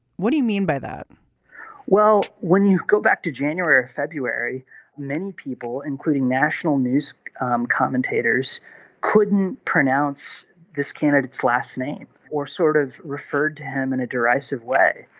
what do you mean by that well when you go back to january or february many people including national news um commentators couldn't pronounce this candidate's last name or sort of referred to him in a derisive way.